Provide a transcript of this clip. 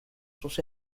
sus